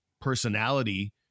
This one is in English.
personality